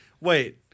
Wait